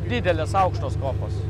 didelės aukštos kopos